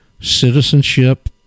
Citizenship